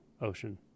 ocean